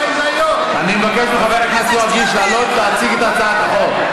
אני מבקש מחבר הכנסת יואב קיש לעלות להציג את הצעת החוק.